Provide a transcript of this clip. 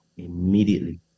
immediately